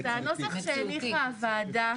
את הנוסח שהניחה הוועדה.